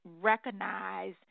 recognize